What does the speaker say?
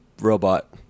robot